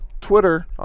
Twitter